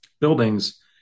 buildings